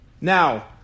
Now